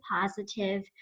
positive